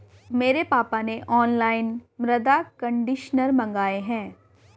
मेरे पापा ने ऑनलाइन मृदा कंडीशनर मंगाए हैं